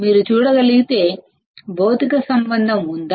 మీరు చూడగలిగితే భౌతిక సంబంధం ఉందా